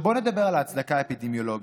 בואו נדבר על ההצדקה האפידמיולוגית,